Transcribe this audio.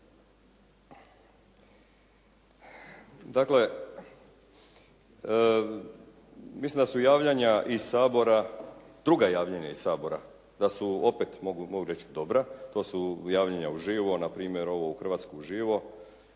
Dakle mislim da su javljanja iz Sabora, druga javljanja iz Sabora da su opet mogu reći dobra. To su javljanja uživo na primjer ovo u «Hrvatska uživo»,